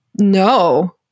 no